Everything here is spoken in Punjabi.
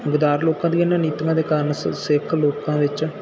ਗੱਦਾਰ ਲੋਕਾਂ ਦੀਆਂ ਇਹਨਾਂ ਨੀਤੀਆਂ ਦੇ ਕਾਰਨ ਸਿੱਖ ਸਿੱਖ ਲੋਕਾਂ ਵਿੱਚ